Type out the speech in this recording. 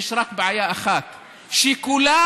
יש רק בעיה אחת: שכולם